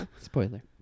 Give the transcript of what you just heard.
spoiler